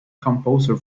composer